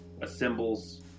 assembles